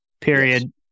period